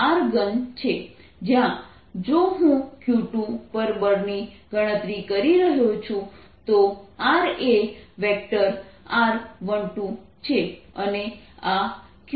જ્યાં જો હું Q2 પર બળની ગણતરી કરી રહ્યો છું તો r એ r12 છે અને આ Q2 પર બળ છે